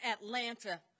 Atlanta